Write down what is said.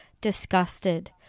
disgusted